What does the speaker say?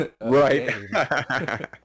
Right